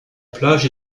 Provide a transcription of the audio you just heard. plage